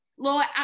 Lord